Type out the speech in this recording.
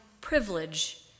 privilege